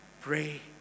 Pray